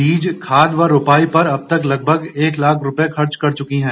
बीज खाद व रोपाई पर अब तक लगभग एक लाख रूपये खर्च कर चुकी हैं